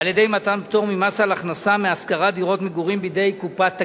על-ידי מתן פטור ממס על הכנסה מהשכרת דירות מגורים בידי קופת הגמל.